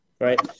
Right